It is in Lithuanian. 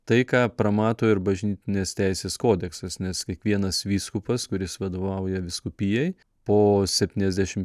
tai ką pramato ir bažnytinės teisės kodeksas nes kiekvienas vyskupas kuris vadovauja vyskupijai po septyniasdešim